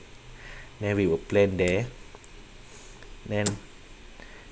then we will plan there then